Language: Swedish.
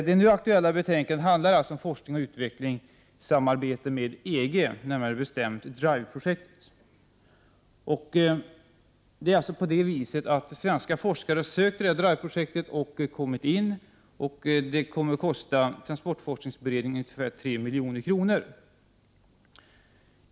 Det nu aktuella betänkandet handlar alltså om forskning och utveckling i samarbete med EG, närmare bestämt DRIVE-projektet. Svenska forskare har sökt och beviljats deltagande i DRIVE-projektet, och det kommer att kosta transportforskningsberedningen ungefär 3 milj.kr.